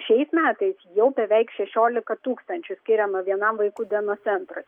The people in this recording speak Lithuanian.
šiais metais jau beveik šešiolika tūkstančių skiriama vienam vaikų dienos centrui